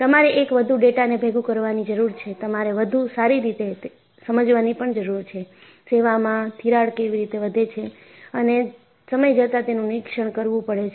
તમારે એક વધુ ડેટાને ભેગું કરવાની જરૂર છે તમારે વધુ સારી રીતે સમજવાની પણ જરૂર છે સેવામાં તિરાડ કેવી રીતે વધે છે અને સમય જતા તેનું નિરીક્ષણ કરવું પડે છે